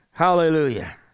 Hallelujah